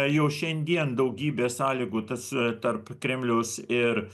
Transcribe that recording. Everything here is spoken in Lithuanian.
jau šiandien daugybė sąlygų tas tarp kremliaus ir